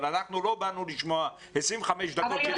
אבל אנחנו לא באנו לשמוע 25 דקות של הסברים.